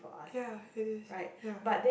ya it is ya